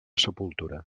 sepultura